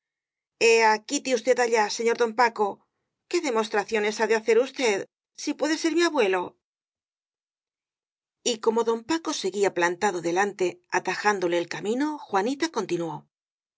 ea quite usted allá señor don paco qué demostraciones ha de hacer usted si puede ser mi abuelo y como don paco seguía plantado delante ata jándole el camino juanita continuó